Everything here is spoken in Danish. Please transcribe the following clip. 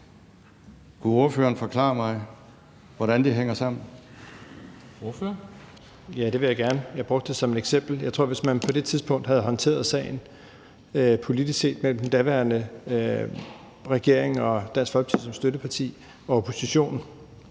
Ordføreren. Kl. 13:36 Jeppe Bruus (S): Ja, det vil jeg gerne. Jeg brugte det som et eksempel. Hvis man på det tidspunkt havde håndteret sagen politisk mellem den daværende regering og Dansk Folkeparti som støtteparti og oppositionen